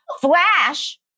flash